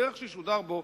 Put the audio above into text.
בדרך שישודר בו,